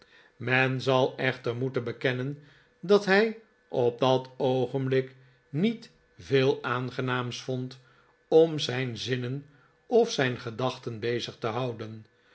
men zal echter moeten bekennen dat hij op dat oogenblik niet veel aangenaams vond om zijn zinnen of zijn gedachten bezig te houden